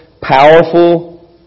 Powerful